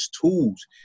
tools